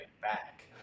back